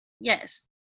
Yes